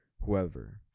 whoever